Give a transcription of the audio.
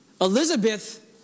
Elizabeth